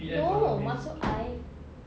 no maksud I